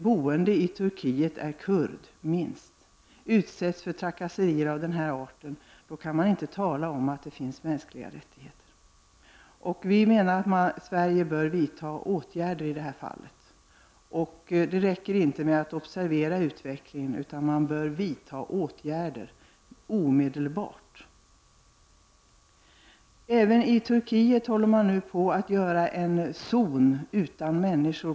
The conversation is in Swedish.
Det rör sig nämligen om kanske 10 miljoner; jag har hört talet 15 miljoner nämnas, men vi kan hålla oss till 10 miljoner. Minst var femte boende i Turkiet är alltså kurd. Vi menar att Sverige i detta fall bör vidta åtgärder. Det räcker inte med att observera utvecklingen, utan man bör vidta åtgärder omedelbart. Även i Turkiet håller man nu på att upprätta en zon utan människor.